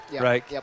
right